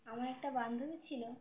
আমার একটা বান্ধবী ছিল